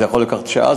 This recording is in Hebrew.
וזה יכול לקחת שעה,